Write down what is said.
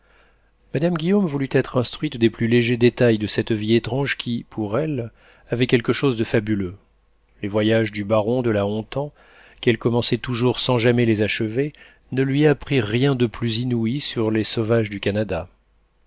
madame guillaume voulut être instruite des plus légers détails de cette vie étrange qui pour elle avait quelque chose de fabuleux les voyages du baron de la houtan qu'elle commençait toujours sans jamais les achever ne lui apprirent rien de plus inouï sur les sauvages du canada